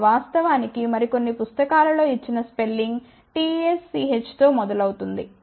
వాస్తవానికి మరికొన్ని పుస్తకాలలో ఇచ్చిన స్పెల్లింగ్ Tsch తో మొదలవుతుంది సరే